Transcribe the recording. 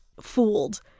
fooled